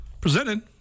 presented